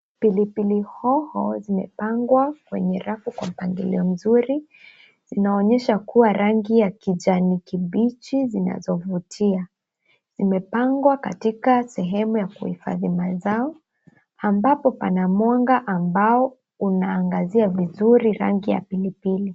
Pilipili hoho zimepangwa kwenye rafu kwa mpangilio mzuri zinaonyesha kuwa rangi ya kijani kibichi zinazovutia. Zimepangwa katika sehemu ya kuhifadhi mazao ambapo pana mwanga ambao unaangazia vizuri rangi ya pilipili.